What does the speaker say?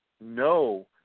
no